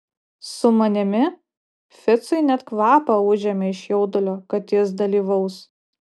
su manimi ficui net kvapą užėmė iš jaudulio kad jis dalyvaus